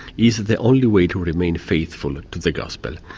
is the only way to remain faithful to the gospel.